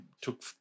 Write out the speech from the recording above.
took